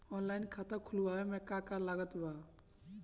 Online खाता खुलवावे मे का का लागत बा?